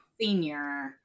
senior